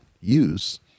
use